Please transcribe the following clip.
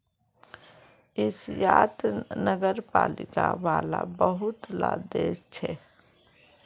एशियात नगरपालिका वाला बहुत ला देश छे